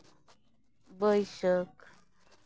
ᱵᱟᱹᱭᱥᱟᱹᱠᱷ